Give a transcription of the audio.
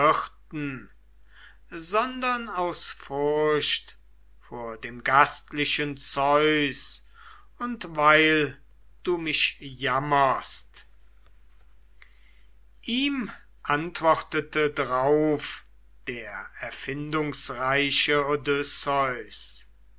sondern aus furcht vor dem gastlichen zeus und weil du mich jammerst ihm antwortete drauf der erfindungsreiche